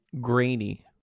Grainy